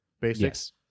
basics